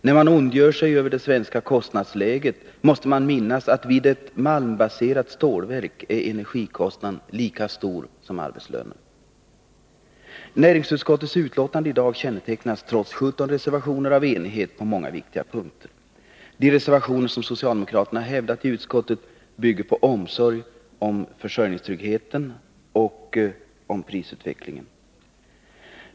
När man ondgör sig över det svenska kostnadsläget, måste man minnas att vid ett malmbaserat stålverk är energikostnaden lika stor som kostnaden för arbetslönerna. Det betänkande från näringsutskottet som vi i dag skall behandla kännetecknas, trots 17 reservationer, av enighet på många viktiga punkter. De socialdemokratiska reservationer som är fogade vid utskottets betänkande bygger på omsorg om försörjningstryggheten och om prisutvecklingen.